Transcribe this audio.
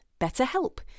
BetterHelp